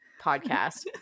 podcast